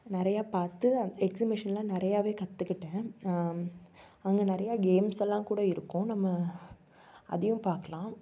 நிறையா பார்த்து எக்ஸிபிஷன்லாம் நிறையாவே கற்றுக்கிட்டேன் அங்கே நிறையா கேம்ஸெல்லாம் கூட இருக்கும் நம்ம அதையும் பார்க்கலாம்